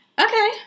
Okay